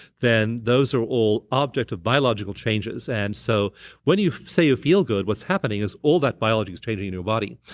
then those are all ah objective biological changes and so when you say you feel good, what's happening is all that biology's changing in your body.